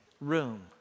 room